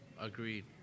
agreed